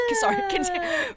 Sorry